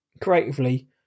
creatively